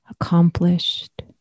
accomplished